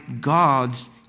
God's